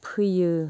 फैयो